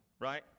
right